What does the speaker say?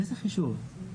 איזה חישוב?